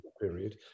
period